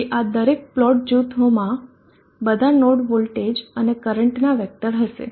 તેથી આ દરેક પ્લોટ જૂથોમાં બધા નોડ વોલ્ટેજ અને કરંટ ના વેક્ટર હશે